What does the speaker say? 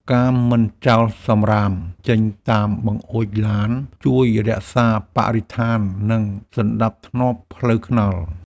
ការមិនចោលសម្រាមចេញតាមបង្អួចឡាន ជួយរក្សាបរិស្ថាន និងសណ្តាប់ធ្នាប់ផ្លូវថ្នល់។